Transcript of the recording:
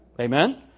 Amen